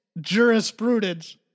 jurisprudence